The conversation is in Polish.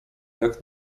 jak